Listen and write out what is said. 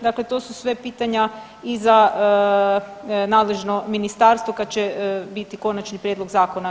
Dakle to su sve pitanja i za nadležno Ministarstvo kada će biti Konačni prijedlog zakona.